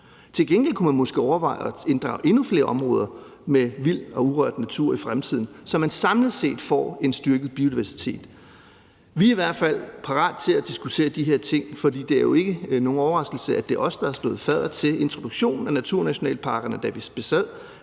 Til gengæld kunne man måske overveje at inddrage endnu flere områder med vild og urørt natur i fremtiden, så man samlet set får en styrket biodiversitet. Vi er i hvert fald parat til at diskutere de her ting, for det er jo ikke nogen overraskelse, at det er os, der stod fadder til introduktionen af naturnationalparkerne, da vi besad